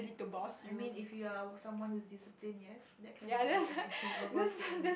I mean if you are someone who's discipline yes that can be an achievable thing